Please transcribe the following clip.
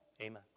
Amen